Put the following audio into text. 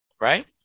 right